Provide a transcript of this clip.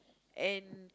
and